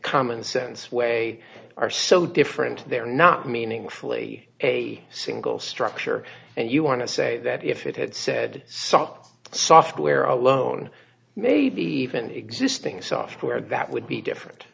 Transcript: common sense way are so different they're not meaningfully a single structure and you want to say that if it had said some software alone maybe even existing software that would be different